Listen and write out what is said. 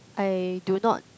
I do not